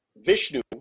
Vishnu